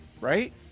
right